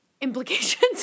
implications